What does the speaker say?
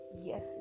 yes